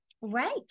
Right